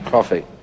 Coffee